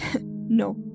no